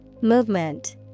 Movement